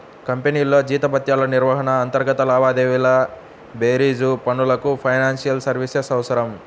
కంపెనీల్లో జీతభత్యాల నిర్వహణ, అంతర్గత లావాదేవీల బేరీజు పనులకు ఫైనాన్షియల్ సర్వీసెస్ అవసరం